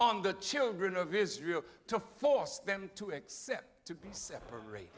on the children of israel to force them to accept to be separate